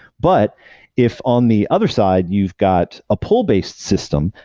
but if on the other side, you've got a pull-based system,